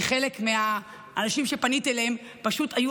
כי חלק מהאנשים שפניתי אליהם פשוט היו